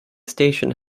station